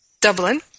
Dublin